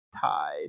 tied